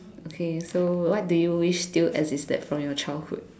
okay so what do you wish still existed from your childhood